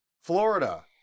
Florida